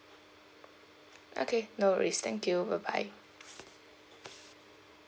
okay no worries thank you bye bye